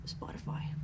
Spotify